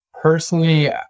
personally